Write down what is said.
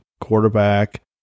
quarterback